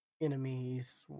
enemies